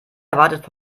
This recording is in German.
erwartet